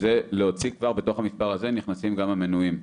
בתוך המספר הזה נכנסים גם המנועים,